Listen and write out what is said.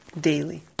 daily